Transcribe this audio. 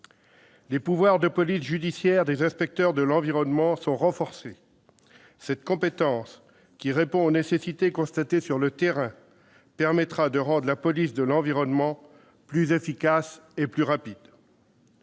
Les pouvoirs de police judiciaire des inspecteurs de l'environnement seront renforcés. Cette compétence, qui répond aux nécessités constatées sur le terrain, permettra de rendre la police de l'environnement plus efficace et plus rapide.